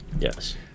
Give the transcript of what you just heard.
Yes